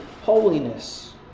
holiness